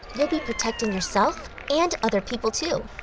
you'll be protecting yourself and other people too.